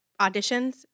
auditions